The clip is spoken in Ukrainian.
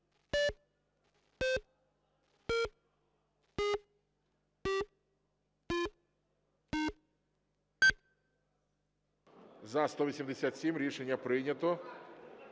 За-187 Рішення прийнято.